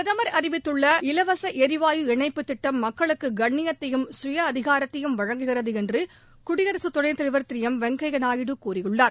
பிரதம் அறிவித்துள்ள இலவச எரிவாயு இணைப்புத் திட்டம் மக்களுக்கு கண்ணியத்தையும் சுய அதிகாரத்தையும் வழங்குகிறது என்று குடியரசு துணைத்தலைவா் திரு வெங்கையா நாயுடு கூறியுள்ளார்